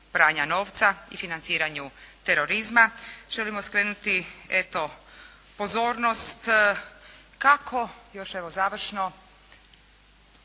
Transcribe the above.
pranja novca i financiranju terorizma. Želimo skrenuti, eto pozornost kako, još evo završno,